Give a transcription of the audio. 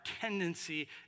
tendency